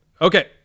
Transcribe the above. Okay